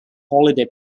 holiday